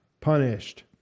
punished